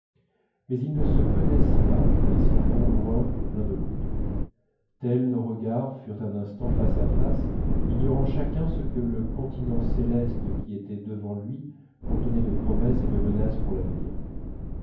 mais ils ne se connaissent pas et s'en vont loin l'un de l'autre tels nos regards furent un instant face à face ignorant chacun ce que le continent céleste qui était devant lui contenait de promesses et de menaces pour l'avenir